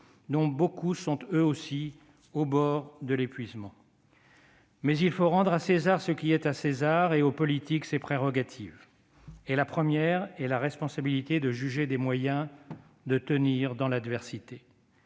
dont beaucoup sont, eux aussi, au bord de l'épuisement, mais il faut rendre à César ce qui est à César et au politique ses prérogatives. La première d'entre elles est la responsabilité de juger des moyens de tenir dans l'adversité,